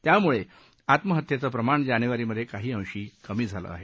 त्यामुळे आत्महत्येचं प्रमाण जानेवारीमध्ये काही अंशी कमी झालं आहे